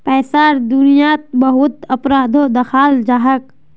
पैसार दुनियात बहुत अपराधो दखाल जाछेक